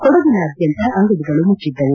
ಕೊಡಗಿನಾದ್ಯಂತ ಅಂಗಡಿಗಳು ಮುಟ್ಟದ್ದವು